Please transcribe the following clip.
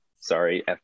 sorry